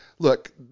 Look